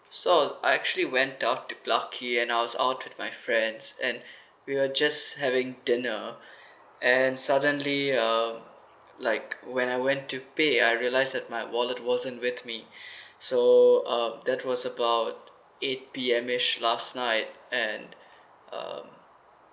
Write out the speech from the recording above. so I was I actually went out to and I was out with my friends and we were just having dinner and suddenly um like when I went to pay I realize that my wallet wasn't with me so uh that was about eight P_M last night and um